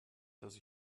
dass